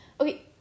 Okay